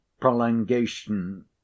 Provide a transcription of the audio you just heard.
prolongation